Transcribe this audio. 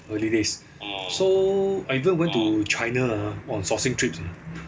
so I ever went to china ah on sourcing trips ah